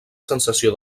sensació